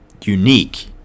unique